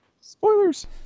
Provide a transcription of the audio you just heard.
spoilers